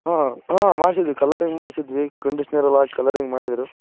ಹ್ಞೂ ಹ್ಞೂ ಮಾಡಿಸಿದ್ವಿ ಕಲರಿಂಗ್ ಮಾಡಿಸಿದ್ವಿ ಕಂಡೀಷ್ನರೆಲ್ಲ ಹಾಕಿ ಕಲರಿಂಗ್ ಮಾಡಿದರು